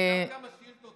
את יודעת כמה שאילתות?